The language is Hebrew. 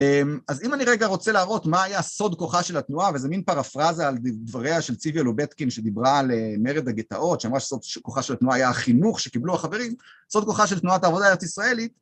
אז אם אני רגע רוצה להראות מה היה סוד כוחה של התנועה, וזה מין פרפרזה על דבריה של צביה לובטקין שדיברה על מרד הגטאות, שאמרה שסוד כוחה של התנועה היה החינוך שקיבלו החברים, סוד כוחה של תנועת העבודה הארץ ישראלית...